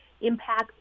impact